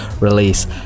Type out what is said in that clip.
release